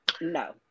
No